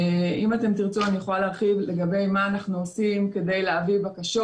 תרצו אני יכולה להרחיב לגבי מה אנחנו עושים כדי להביא בקשות.